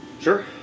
Sure